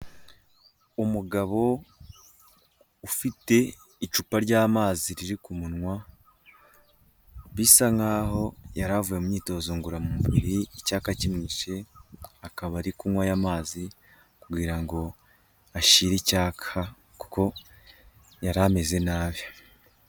Umugabo ufite icupa ry'amazi riri ku munwa bisa nkaho yaravuye imyitozo ngororamubiri icyayaka kimwishe akaba ari kunywa aya amazi kugira ngo ashyire icyayaka kuko yari ameze nabi.